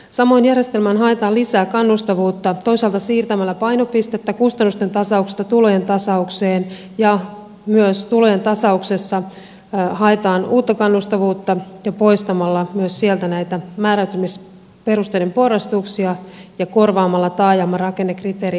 samoin järjestelmään haetaan lisää kannustavuutta toisaalta siirtämällä painopistettä kustannusten tasauksesta tulojen tasaukseen ja myös tulojen tasauksessa haetaan uutta kannustavuutta poistamalla myös sieltä näitä määräytymisperusteiden porrastuksia ja korvaamalla taajamarakennekriteeri työpaikkaomavaraisuudella